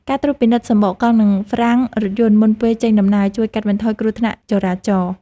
ការត្រួតពិនិត្យសំបកកង់ និងហ្វ្រាំងរថយន្តមុនពេលចេញដំណើរជួយកាត់បន្ថយគ្រោះថ្នាក់ចរាចរណ៍។